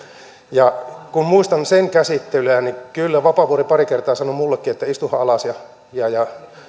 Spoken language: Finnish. ja kun muistelen sen käsittelyä niin kyllä vapaavuori pari kertaa sanoi minullekin että istuhan alas ja ja